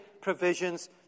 provisions